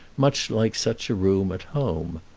much like such a room at home.